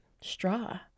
straw